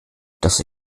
das